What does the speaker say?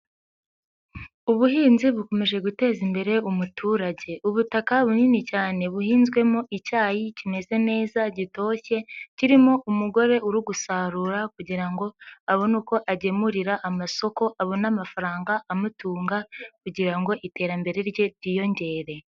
Ubuhinzi bukomeje guteza imbere umuturage. Ubutaka bunini cyane buhinzwemo icyayi kimeze neza gitoshye, kirimo umugore uri gusarura kugira ngo abone uko agemurira amasoko, abone amafaranga amutunga kugira ngo iterambere rye ryiyongere.